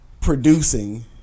producing